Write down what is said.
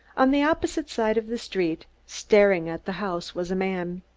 on the opposite side of the street, staring at the house, was a man.